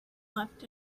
left